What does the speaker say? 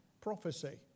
prophecy